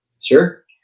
Sure